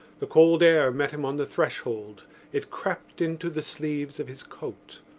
the cold air met him on the threshold it crept into the sleeves of his coat.